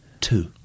Two